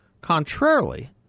Contrarily